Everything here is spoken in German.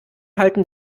halten